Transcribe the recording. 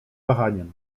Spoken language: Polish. wahaniem